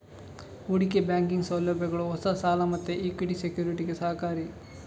ಹೂಡಿಕೆ ಬ್ಯಾಂಕಿಂಗ್ ಸೌಲಭ್ಯಗಳು ಹೊಸ ಸಾಲ ಮತ್ತೆ ಇಕ್ವಿಟಿ ಸೆಕ್ಯುರಿಟಿಗೆ ಸಹಕಾರಿ